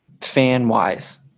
fan-wise